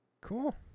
Cool